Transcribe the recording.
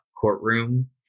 courtroom